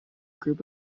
group